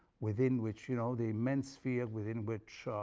within which you know the immense sphere within which